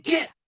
Get